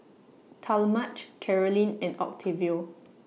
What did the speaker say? Talmadge Caroline and Octavio